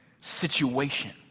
situation